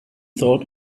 thought